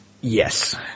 Yes